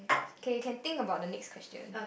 okay you can think about the next question